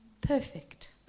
perfect